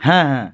হ্যাঁ হ্যাঁ